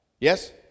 Yes